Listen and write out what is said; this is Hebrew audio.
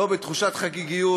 לא בתחושת חגיגיות.